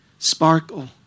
Sparkle